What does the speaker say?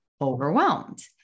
overwhelmed